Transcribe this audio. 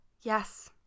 Yes